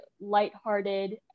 lighthearted